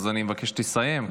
אז אני מבקש שתסיים,